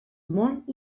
molt